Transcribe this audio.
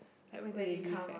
like where do they live at